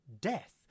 death